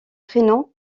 prénom